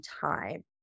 time